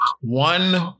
one